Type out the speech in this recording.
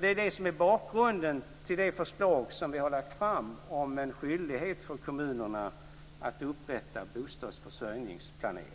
Det är det som är bakgrunden till det förslag som vi har lagt fram om en skyldighet för kommunerna att upprätta bostadsförsörjningsplanering.